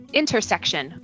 intersection